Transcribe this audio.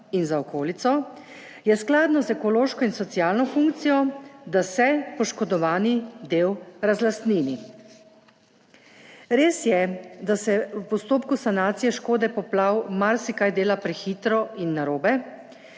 in za okolico, je skladno z ekološko in socialno funkcijo, da se poškodovani del razlastnini. Res je, da se v postopku sanacije škode poplav marsikaj dela prehitro in narobe,